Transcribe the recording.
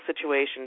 situation